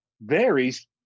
varies